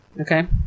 Okay